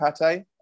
pate